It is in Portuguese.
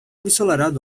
ensolarado